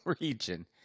region